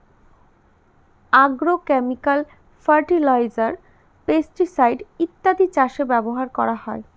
agrochemical fertiliser, pesticide ইত্যাদি চাষে ব্যবহার করা হয়